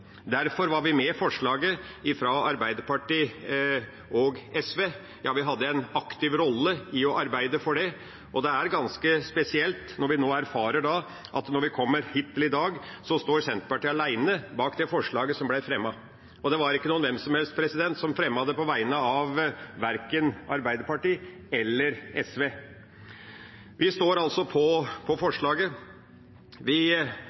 Derfor var vi med på forslaget fra Arbeiderpartiet og SV, ja, vi hadde en aktiv rolle i å arbeide for det, og det er ganske spesielt når vi nå erfarer at når vi kommer hit i dag, så står Senterpartiet alene bak det forslaget som ble fremmet. Og det var ikke noen hvem som helst som fremmet det på vegne av verken Arbeiderpartiet eller SV. Vi står altså på forslaget. Vi vet at høringen og debatten vi